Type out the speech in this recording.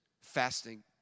fasting